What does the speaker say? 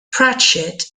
pratchett